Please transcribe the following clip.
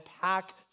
pack